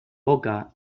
boca